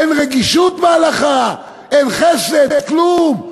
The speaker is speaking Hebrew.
אין רגישות בהלכה, אין חסד, כלום.